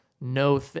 no